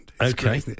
Okay